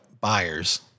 buyers